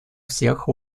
всех